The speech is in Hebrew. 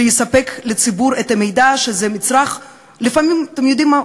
שיספק את המידע, שזה מצרך לפעמים, אתם יודעים מה?